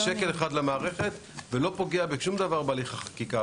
שקל אחד למערכת וזה לא פוגע בשום דבר בהליך החקיקה,